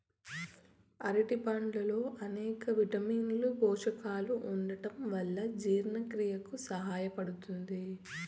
అరటి పండ్లల్లో అనేక విటమిన్లు, పోషకాలు ఉండటం వల్ల జీవక్రియకు సహాయపడుతాది